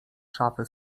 szafy